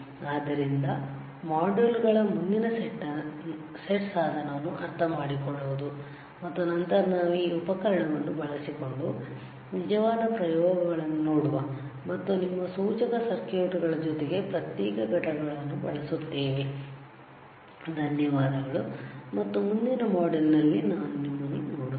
ಆದ್ದರಿಂದ ಮಾಡ್ಯೂಲ್ಗಳ ಮುಂದಿನ ಸೆಟ್ ಸಾಧನವನ್ನು ಅರ್ಥಮಾಡಿಕೊಳ್ಳುವುದು ಮತ್ತು ನಂತರ ನಾವು ಈ ಉಪಕರಣವನ್ನು ಬಳಸಿಕೊಂಡು ನಿಜವಾದ ಪ್ರಯೋಗಗಳನ್ನು ನೋಡುವ ಮತ್ತು ನಿಮ್ಮ ಸೂಚಕ ಸರ್ಕ್ಯೂಟ್ಗಳ ಜೊತೆಗೆ ಪ್ರತ್ಯೇಕ ಘಟಕಗಳನ್ನುಬಳಸುತ್ತೇವೆ ಧನ್ಯವಾದಗಳು ಮತ್ತು ಮುಂದಿನ ಮಾಡ್ಯೂಲ್ನಲ್ಲಿ ನಾನು ನಿಮ್ಮನ್ನು ನೋಡುತ್ತೇನೆ